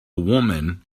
woman